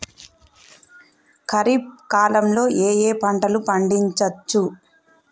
ఖరీఫ్ కాలంలో ఏ ఏ పంటలు పండించచ్చు?